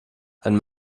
ein